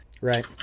right